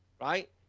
right